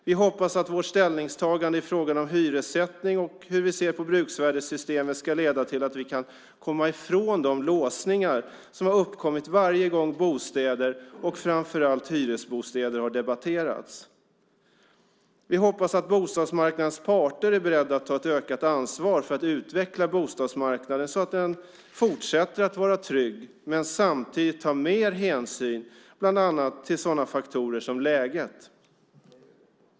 Vi hoppas att vårt ställningstagande i frågan om hyressättning och hur vi ser på bruksvärdessystemet ska leda till att vi kan komma ifrån de låsningar som har uppkommit varje gång bostäder och framför allt hyresbostäder har debatterats. Vi hoppas att bostadsmarknadens parter är beredda att ta ett ökat ansvar för att utveckla bostadsmarknaden så att den fortsätter att vara trygg men samtidigt tar mer hänsyn bland annat till sådana faktorer som läget.